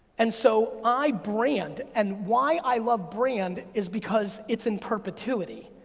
and so i brand, and why i love brand is because it's in perpetuity.